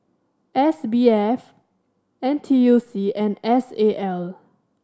S B F N T U C and S A L